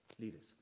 Leaders